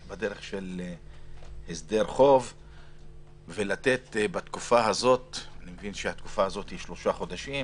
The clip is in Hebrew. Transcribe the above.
בדרך של הסדר חוב ולתת בתקופה הזאת אני מבין שהיא של שלושה חודשים